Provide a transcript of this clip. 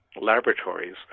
laboratories